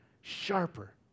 sharper